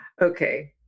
okay